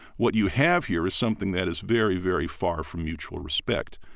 what you have here is something that is very, very far from mutual respect.